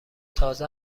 تازه